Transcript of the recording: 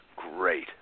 Great